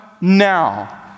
now